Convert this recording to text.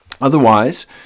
Otherwise